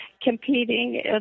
competing